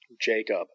Jacob